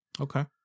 Okay